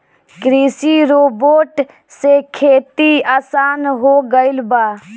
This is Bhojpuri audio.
कृषि रोबोट से खेती आसान हो गइल बा